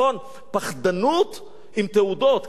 פחדנות עם תעודות, ככה אני קורא לזה.